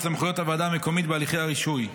סמכויות הוועדה המקומית בהליכי הרישוי.